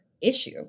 issue